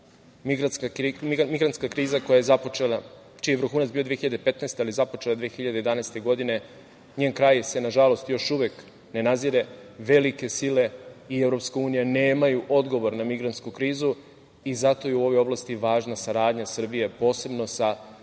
godine, čiji je vrhunac bio 2015. godine, njen kraj se nažalost još uvek ne nazire. Velike sile i EU nemaju odgovor na migrantsku krizu i zato je u ovoj oblasti važna saradnja Srbije, posebno sa